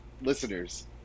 listeners